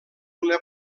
una